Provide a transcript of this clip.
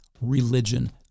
Religion